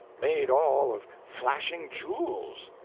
made all of flashing jewels,